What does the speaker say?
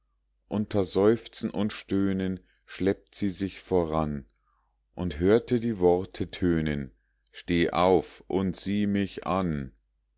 unter seufzen und stöhnen schleppt sie sich voran und hört die worte tönen steh auf und sieh mich an